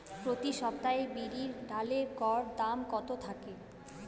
প্রতি সপ্তাহে বিরির ডালের গড় দাম কত থাকে?